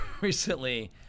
recently